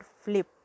flip